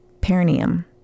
perineum